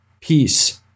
peace